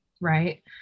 Right